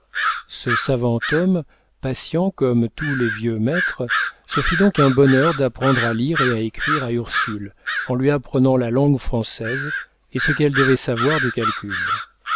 ce savant homme patient comme tous les vieux maîtres se fit donc un bonheur d'apprendre à lire et à écrire à ursule en lui apprenant la langue française et ce qu'elle devait savoir de calcul